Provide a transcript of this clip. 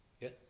Yes